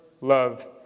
love